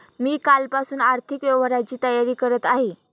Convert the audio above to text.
मी कालपासून आर्थिक व्यवहारांची तयारी करत आहे